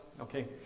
okay